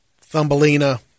Thumbelina